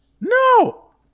No